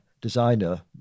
designer